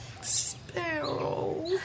Sparrow